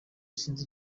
sinzi